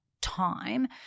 time